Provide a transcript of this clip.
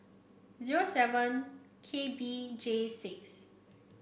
zero seven K B J six